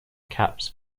caps